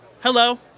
hello